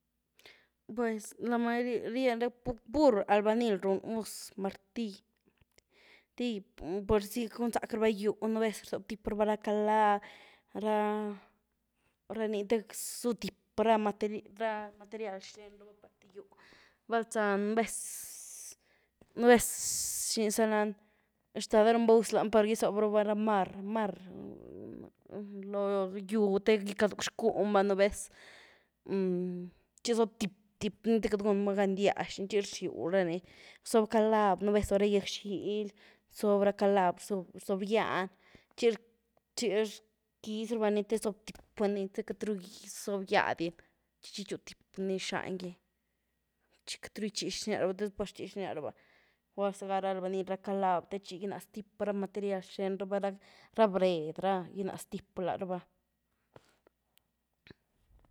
Pues la mayoría ni, pur-pur albañil run us’ martill tib pursi gun zac ra va yú no vez rzob tip raba ra calav, ra, rany te, zú tip ra matery- materil xten raba par th gýw’h, val za nu’ vez, nu’ vez, ¿xiny za lany?, shtada runba gus lany par gyzohb raba ra mar, mar loo gy´w te gycadu xcún va, nu’ vez txi zob tip-tip ni te queity gun ma gan ndyax ny, txi rxyw rani zoob calav, nu8’ vez loo ra gyag-xily, zob ra calav, rzob- rzob gyany, txi txi rquiz rabany te zob ti ni te queity ru’ zoob gýa diny, txi txú tip ni xan gy, txi queity ru guitxitx diny laraba te después rtxytx ny laraba, gula’ zyga la ra albañil, la ra calav te txi ginaz tip ra material xten raba, ra – ra bred ra, gynaz tip rany.